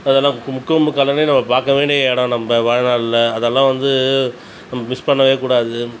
அதெல்லாம் முக்கொம்பு கல்லணை நம்ப பார்க்க வேண்டிய இடம் நம்ப வாழ்நாளில் அதெல்லாம் வந்து நம்ம மிஸ் பண்ணவே கூடாது